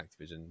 Activision